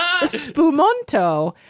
Spumonto